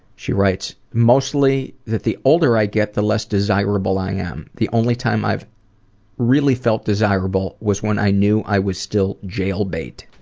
she writes mostly, the older i get, the less desirable i am. the only time i've really felt desirable was when i knew i was still jail bait.